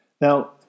Now